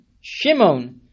Shimon